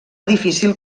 difícil